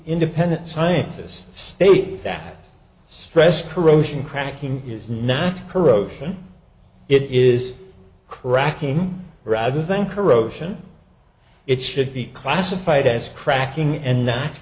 independent scientists state that stress corrosion cracking is not corrosion it is cracking rather than corrosion it should be classified as cracking and